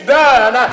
done